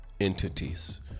entities